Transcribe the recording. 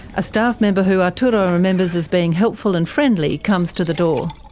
a staff member who arturo remembers as being helpful and friendly comes to the door.